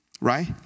Right